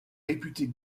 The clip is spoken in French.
réputée